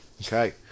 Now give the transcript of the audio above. Okay